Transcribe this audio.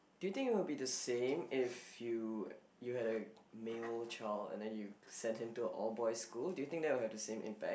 do you think it will the same if you you have a male child and then you send him to all boys school do you think it will have the same impact